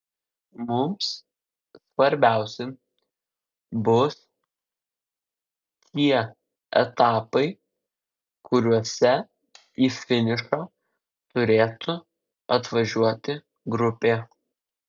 mums svarbiausi bus tie etapai kuriuose į finišą turėtų atvažiuoti grupė